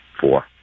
four